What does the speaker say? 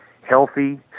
healthy